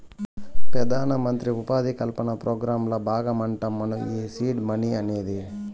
పెదానమంత్రి ఉపాధి కల్పన పోగ్రాంల బాగమంటమ్మను ఈ సీడ్ మనీ అనేది